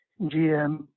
GM